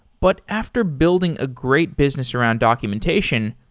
but after building a great business around documentation,